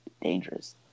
dangerous